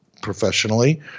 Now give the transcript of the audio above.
professionally